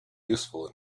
useful